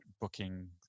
booking